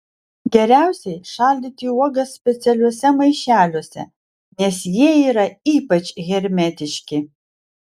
geriausiai šaldyti uogas specialiuose maišeliuose nes jie yra ypač hermetiški